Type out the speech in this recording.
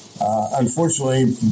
unfortunately